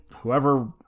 whoever